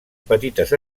petites